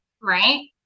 right